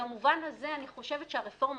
ובמובן הזה אני חושבת שהרפורמה